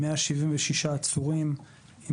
176 עצורים,